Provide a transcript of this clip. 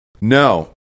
no